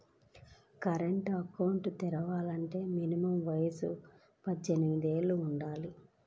current account తెరవాలంటే minimum వయసు పద్దెనిమిది యేళ్ళు వుండాలి